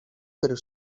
pero